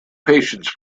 patience